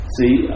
See